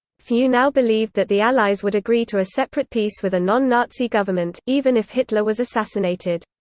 few now believed that the allies would agree to a separate peace with a non-nazi government, even if hitler was assassinated.